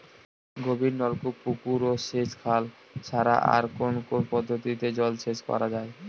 গভীরনলকূপ পুকুর ও সেচখাল ছাড়া আর কোন কোন পদ্ধতিতে জলসেচ করা যায়?